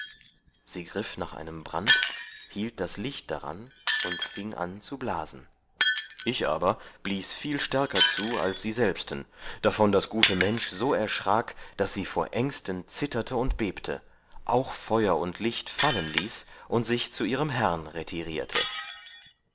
sie griff nach einem brand hielt das liecht daran und fieng an zu blasen ich aber blies viel stärker zu als sie selbsten davon das gute mensch so erschrak daß sie vor ängsten zitterte und bebte auch feuer und liecht fallen ließ und sich zu ihrem herrn retirierte